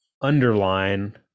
underline